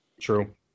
True